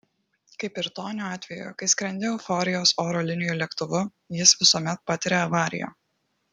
kaip ir tonio atveju kai skrendi euforijos oro linijų lėktuvu jis visuomet patiria avariją